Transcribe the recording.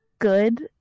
good